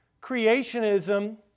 creationism